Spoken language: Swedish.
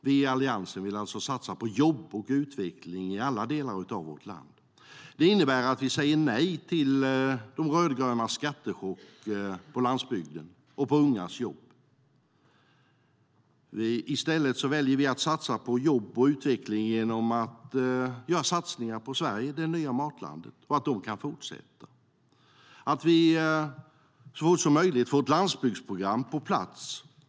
Vi i Alliansen vill alltså satsa på jobb och utveckling i alla delar av vårt land. Det innebär att vi säger nej till de rödgrönas skattechock på landsbygden och på ungas jobb. I stället väljer vi att satsa på jobb och utveckling genom att göra satsningar på Sverige - det nya matlandet och se till att de kan fortsätta. Så fort som möjligt vill vi få ett landsbygdsprogram på plats.